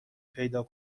پیدا